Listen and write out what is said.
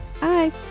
Bye